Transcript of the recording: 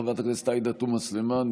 לחברת הכנסת עאידה תומא סלימאן,